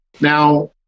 Now